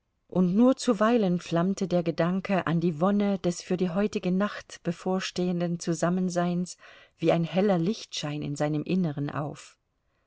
und nur zuweilen flammte der gedanke an die wonne des für die heutige nacht bevorstehenden zusammenseins wie ein heller lichtschein in seinem inneren auf